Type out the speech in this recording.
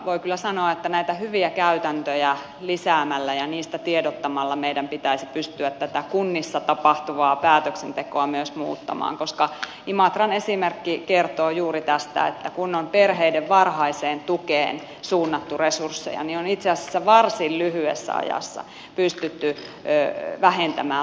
voi kyllä sanoa että näitä hyviä käytäntöjä lisäämällä ja niistä tiedottamalla meidän pitäisi pystyä tätä kunnissa tapahtuvaa päätöksentekoa myös muuttamaan koska imatran esimerkki kertoo juuri tästä että kun on perheiden varhaiseen tukeen suunnattu resursseja niin on itse asiassa varsin lyhyessä ajassa pystytty vähentämään lastensuojelukustannuksia